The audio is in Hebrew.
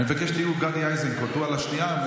אני מבקש שתהיו גדי איזנקוט, הוא יורד על השנייה.